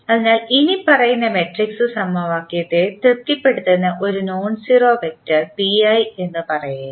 അതിനാൽ ഇനിപ്പറയുന്ന മട്രിക്സ് സമവാക്യത്തെ തൃപ്തിപ്പെടുത്തുന്ന ഒരു നോൺ സീറോ വെക്റ്റർ എന്ന് പറയുക